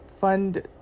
fund